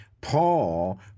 Paul